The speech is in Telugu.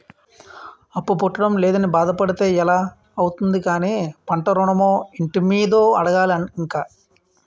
అప్పు పుట్టడం లేదని బాధ పడితే ఎలా అవుతుంది కానీ పంట ఋణమో, ఇంటి మీదో అడగాలి ఇంక